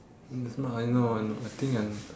this one I know and I think I